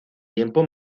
tiempo